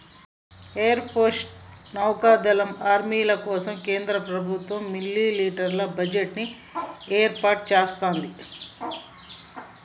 air force, నౌకా దళం, ఆర్మీల కోసం కేంద్ర ప్రభుత్వం మిలిటరీ బడ్జెట్ ని ఏర్పాటు సేత్తది